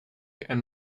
and